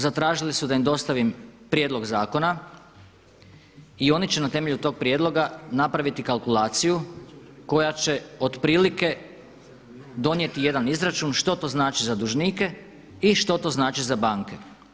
Zatražili su da im dostavim prijedlog zakona i oni će na temelju tog prijedloga napraviti kalkulaciju koja će otprilike donijeti jedan izračun što to znači za dužnike i što to znači za banke.